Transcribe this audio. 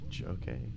Okay